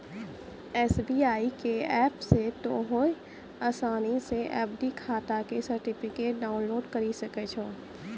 SBI के app से तोंहें असानी से एफ.डी खाता के सर्टिफिकेट डाउनलोड करि सकै छो